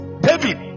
David